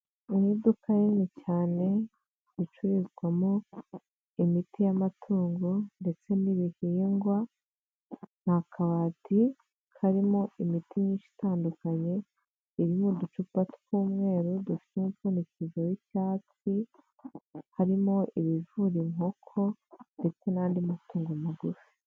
Ni iduka rinini cyane ricururizwamo imiti y'amatungo ndetse n'ibihingwa. Ni akabati karimo imiti myinshi itandukanye iri muducupa tw'umweru dufite imipfundikizo y'icyatsi, harimo ibivura inkoko ndetse n'andi matungo magufi.